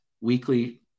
weekly